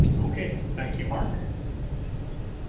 okay, thank you, mark. you're welcome.